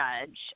judge